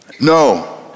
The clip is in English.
No